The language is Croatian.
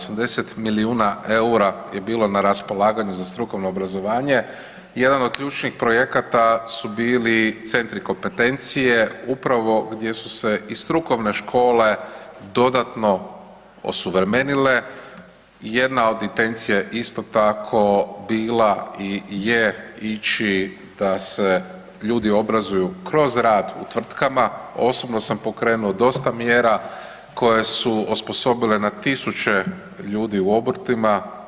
80 milijuna EUR-a je bilo na raspolaganju za strukovno obrazovanje i jedan od ključni projekata su bili centri kompetencije upravo gdje su se i strukovne škole dodatno osuvremenile, jedna od intencija isto tako bila i je ići da se ljudi obrazuju kroz rad u tvrtkama, osobno sam pokrenuo dosta mjera koje su osposobile na tisuće ljudi u obrtima.